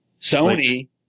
Sony